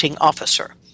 officer